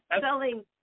selling